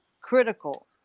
critical